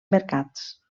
mercats